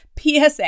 PSA